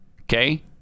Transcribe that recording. Okay